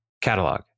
catalog